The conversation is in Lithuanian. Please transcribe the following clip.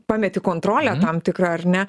pameti kontrolę tam tikrą ar ne